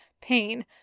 pain